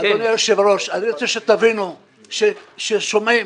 אדוני היושב ראש, אני רוצה שתבינו שכאשר שומעים